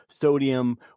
sodium